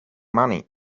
money